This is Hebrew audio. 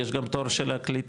יש גם תור של הקליטה.